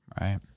Right